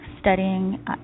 studying